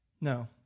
No